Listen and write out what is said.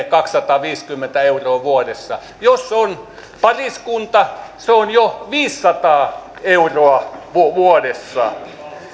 kaksisataaviisikymmentä euroa vuodessa jos on pariskunta se on jo viisisataa euroa vuodessa me